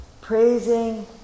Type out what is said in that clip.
praising